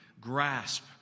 grasp